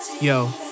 Yo